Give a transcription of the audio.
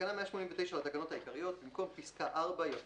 בתקנה 189 לתקנות העיקריות, במקום פסקה (4) יבוא: